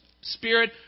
Spirit